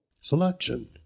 selection